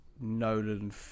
Nolan